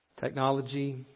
technology